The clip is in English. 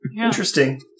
Interesting